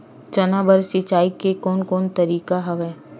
चना बर सिंचाई के कोन कोन तरीका हवय?